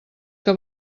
que